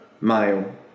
male